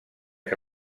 que